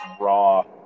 raw